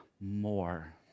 more